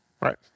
Right